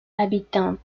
habitants